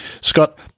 Scott